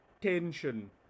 tension